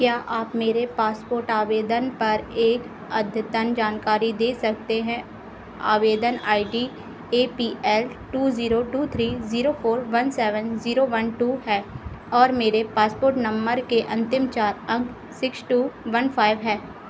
क्या आप मेरे पासपोर्ट आवेदन पर एक अद्यतन जानकारी दे सकते हैं आवेदन I D A P L two zero two three zero four one seven zero one two है और मेरे पासपोर्ट नम्बर के अन्तिम चार अंक सिक्स टू वन फ़ाइव है